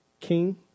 king